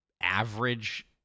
average